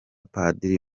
padiri